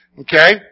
Okay